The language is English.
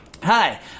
Hi